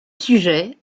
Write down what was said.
sujet